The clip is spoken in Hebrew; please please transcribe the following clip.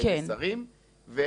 בנס הרים,